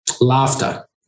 Laughter